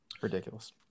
Ridiculous